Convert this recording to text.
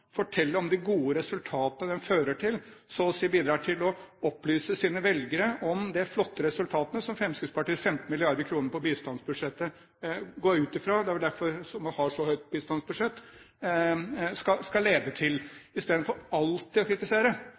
om de gode resultatene den fører til, så å si bidrar til å opplyse sine velgere om de flotte resultatene som Fremskrittspartiets 15 mrd. kr på bistandsbudsjettet skal lede til – jeg går ut fra det er derfor man har et så høyt bistandsbudsjett